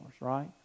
Right